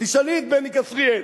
תשאלי את בני כשריאל.